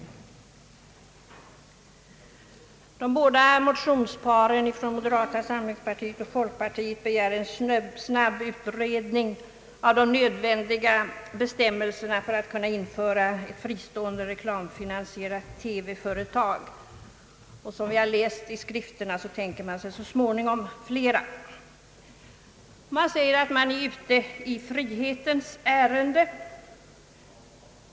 I de båda motionsparen från moderata samlingspartiet och folkpartiet begärs en snabbutredning av frågan om nödvändiga bestämmelser för att kunna införa ett fristående reklamfinansierat företag, och som vi kunnat läsa i skrifterna tänker man sig så småningom flera företag. Man säger att man är ute i frihetens ärende.